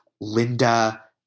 Linda